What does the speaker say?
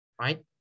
Right